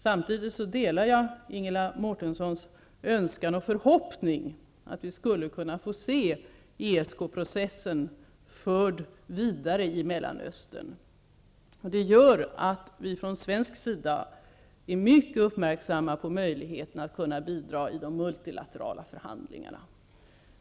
Samtidigt delar jag Ingela Mårtenssons önskan och förhoppning att vi skulle kunna få se ESK processen förd vidare i Mellanöstern. Det gör att vi från svensk sida är mycket uppmärksamma på möjligheten att bidra i de multilaterala förhandlingarna.